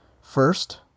First